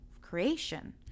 creation